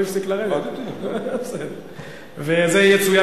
זה יצוין,